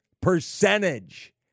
percentage